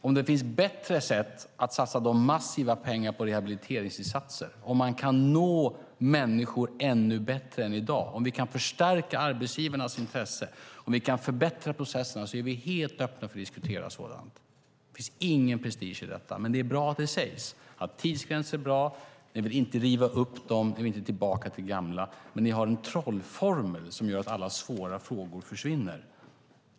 Om det finns bättre sätt att satsa de massiva pengarna på rehabiliteringsinsatser, om vi kan nå människor ännu bättre än i dag, om vi kan förstärka arbetsgivarnas intresse och om vi kan förbättra processerna är vi helt öppna för att diskutera det. Det finns ingen prestige i detta. Det är bra att det sägs att tidsgränser är bra, att ni inte vill riva upp dem och att ni inte vill tillbaka till det gamla. Men ni har en trollformel som gör att alla svåra frågor försvinner.